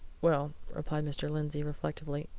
well, replied mr. lindsey, reflectively,